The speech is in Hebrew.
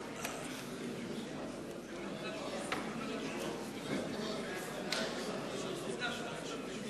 אנחנו נעלה עכשיו אחת לאחת את הצעות החוק.